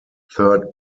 third